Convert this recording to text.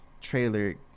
trailer